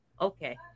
okay